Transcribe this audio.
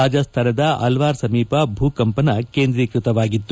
ರಾಜಸ್ಥಾನದ ಅಲ್ವಾರ್ ಸಮೀಪ ಭೂಕಂಪನ ಕೇಂದ್ರೀಕೃತವಾಗಿತ್ತು